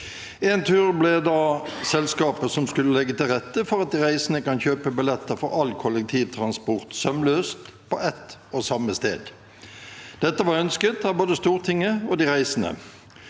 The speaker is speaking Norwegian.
Entur ble da selskapet som skulle legge til rette for at de reisende kan kjøpe billetter for all kollektivtransport sømløst, på ett og samme sted. Dette var ønsket av både Stortinget og de reisende.